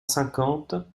cinquante